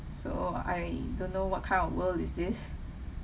so I don't know what kind of world is this